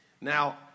Now